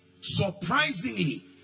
Surprisingly